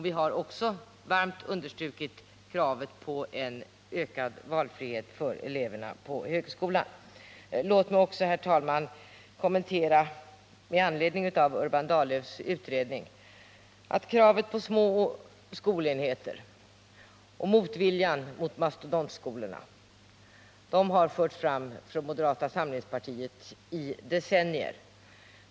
Vi har också varmt understrukit kravet på en ökad valfrihet för eleverna i högskolan. Låt mig också, herr talman, med anledning av Urban Dahllöfs utredning göra den kommentaren att kravet på små skolenheter och motviljan mot mastodontskolorna har förts fram av moderata samlingspartiet i decennier.